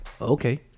okay